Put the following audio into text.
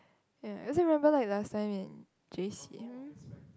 ya I still remember like last time in J_C um